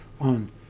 on